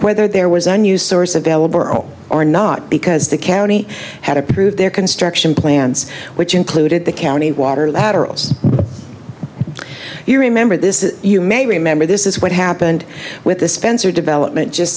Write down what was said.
whether there was the new source available for all or not because the county had approved their construction plans which included the county water laterals you remember this is you may remember this is what happened with the spencer development just